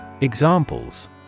Examples